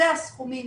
אלה הסכומים.